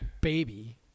baby